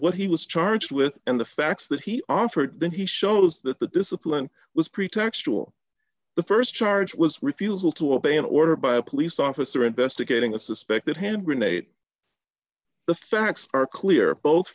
what he was charged with and the facts that he offered that he shows that the discipline was pretextual the st charge was refusal to obey an order by a police officer investigating a suspected hand grenade the facts are clear both